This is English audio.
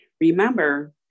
Remember